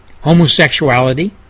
homosexuality